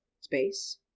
space